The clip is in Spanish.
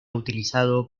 utilizado